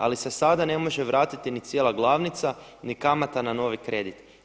Ali se sada ne može vratiti ni cijela glavnica ni kamata na novi kredit.